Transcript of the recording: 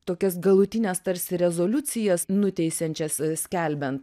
tokias galutines tarsi rezoliucijas nuteisiančias skelbiant